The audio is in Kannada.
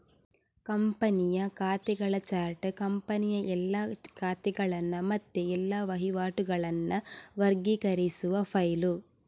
ಕಂಪನಿಯ ಖಾತೆಗಳ ಚಾರ್ಟ್ ಕಂಪನಿಯ ಎಲ್ಲಾ ಖಾತೆಗಳನ್ನ ಮತ್ತೆ ಎಲ್ಲಾ ವಹಿವಾಟುಗಳನ್ನ ವರ್ಗೀಕರಿಸುವ ಫೈಲು